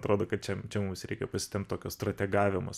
atrodo kad čia čia mums reikia pasitempt tokio strategavimas